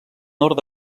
nord